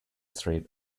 street